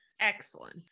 excellent